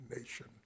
nation